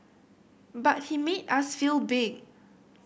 but he made us feel big